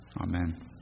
Amen